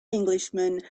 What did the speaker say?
englishman